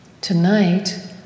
tonight